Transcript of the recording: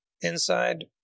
inside